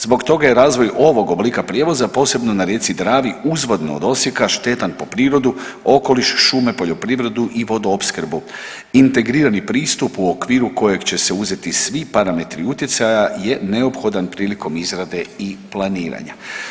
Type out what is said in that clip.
Zbog toga je razvoj ovog oblika prijevoza posebno na rijeci Dravi uzvodno od Osijeka štetan po prirodu, okoliš, šume, poljoprivredu i vodoopskrbu, integrirani pristup u okviru kojeg će se uzeti svi parametri utjecaja je neophodan prilikom izrade i planiranja.